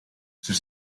czyż